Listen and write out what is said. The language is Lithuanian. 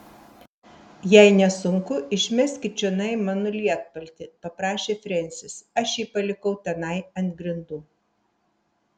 jei nesunku išmeskit čionai mano lietpaltį paprašė frensis aš jį palikau tenai ant grindų